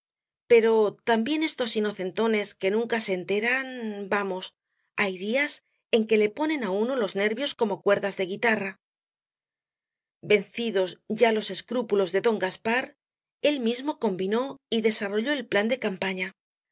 pero también estos inocentones que nunca se enteran vamos hay días en que le ponen á uno los nervios como cuerdas de guitarra vencidos ya los escrúpulos de don gaspar él mismo combinó y desarrolló el plan de campaña